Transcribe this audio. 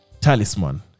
talisman